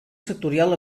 sectorial